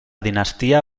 dinastia